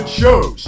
shows